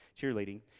cheerleading